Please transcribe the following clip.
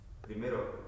Primero